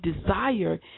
desire